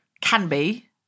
can-be